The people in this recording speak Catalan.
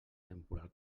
temporal